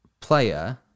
player